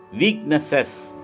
weaknesses